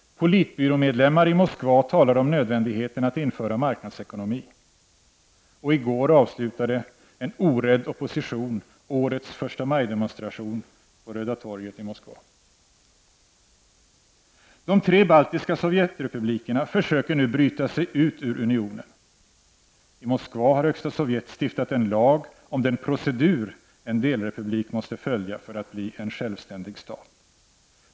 Politbyråmedlemmar i Moskva talar om nödvändigheten att införa marknadsekonomi. Och i går avslutade en orädd opposition årets förstamajdemonstration på Röda torget i Moskva. Det tre baltiska Sovjetrepublikerna försöker nu bryta sig ut ur unionen. I Moskva har Högsta sovjet stiftat en lag om den procedur som en delrepublik måste följa för att bli en självständig stat.